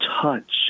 touch